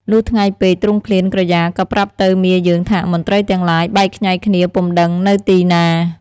លុះថ្ងៃពេក ទ្រង់ឃ្លានក្រយាក៏ប្រាប់ទៅមាយើងថាមន្ត្រីទាំងឡាយបែកខ្ញែកគ្នាពុំដឹងនៅទីណា។